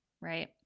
right